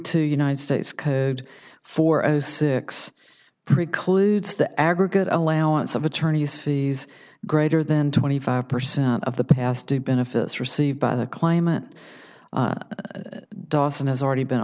two united states code for a six precludes the aggregate allowance of attorney's fees greater than twenty five percent of the past due benefits received by the claimant dawson has already been